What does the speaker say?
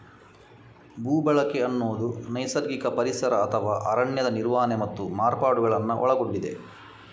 ಭೂ ಬಳಕೆ ಅನ್ನುದು ನೈಸರ್ಗಿಕ ಪರಿಸರ ಅಥವಾ ಅರಣ್ಯದ ನಿರ್ವಹಣೆ ಮತ್ತು ಮಾರ್ಪಾಡುಗಳನ್ನ ಒಳಗೊಂಡಿದೆ